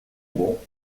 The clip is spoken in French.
bon